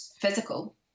physical